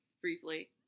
Briefly